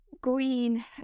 green